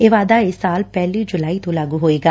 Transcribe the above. ਇਹ ਵਾਧਾ ਇਸ ਸਾਲ ਪਹਿਲੀ ਜੁਲਾਈ ਤੋਂ ਲਾਗੁ ਹੋਵੇਗਾ